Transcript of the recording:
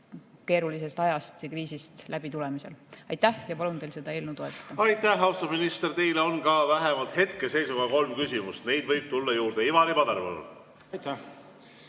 keerulisest ajast ja kriisist läbitulemisel. Aitäh! Palun teil seda eelnõu toetada. Aitäh, austatud minister! Teile on vähemalt hetkeseisuga kolm küsimust, neid võib tulla juurde. Ivari Padar, palun! Aitäh,